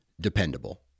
dependable